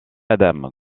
adam